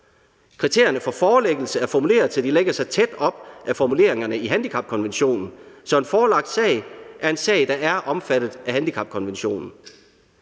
Kriterierne for forelæggelse er formuleret, så de lægger sig tæt op ad formuleringerne i handicapkonventionen, så en forelagt sag er en sag, der er omfattet af handicapkonventionen.